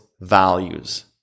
values